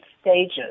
stages